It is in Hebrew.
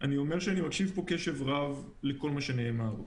אני מקשיב פה קשב רב לכל מה שנאמר.